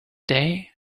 day